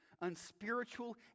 unspiritual